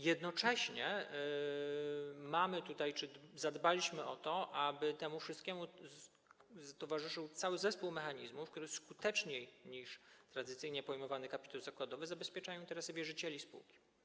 Jednocześnie, zadbaliśmy o to, aby temu wszystkiemu towarzyszył cały zespół mechanizmów, które skuteczniej niż tradycyjnie pojmowany kapitał zakładowy zabezpieczają interesy wierzycieli spółki.